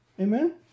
Amen